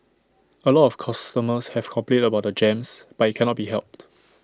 A lot of customers have complained about the jams but IT cannot be helped